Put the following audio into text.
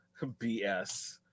BS